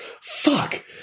Fuck